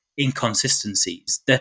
inconsistencies